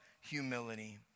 humility